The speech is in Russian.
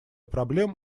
проблем